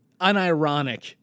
unironic